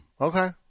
okay